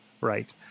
Right